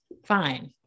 Fine